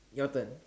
your turn